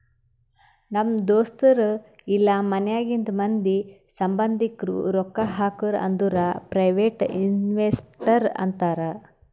ನಮ್ ದೋಸ್ತರು ಇಲ್ಲಾ ಮನ್ಯಾಗಿಂದ್ ಮಂದಿ, ಸಂಭಂದಿಕ್ರು ರೊಕ್ಕಾ ಹಾಕುರ್ ಅಂದುರ್ ಪ್ರೈವೇಟ್ ಇನ್ವೆಸ್ಟರ್ ಅಂತಾರ್